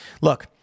Look